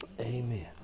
Amen